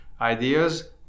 ideas